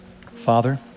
Father